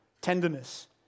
tenderness